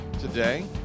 today